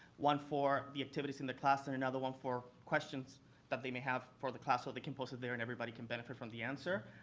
one for the activities in the class and another one for questions that they may have for the class. so they can post it there and everybody can benefit from the answer.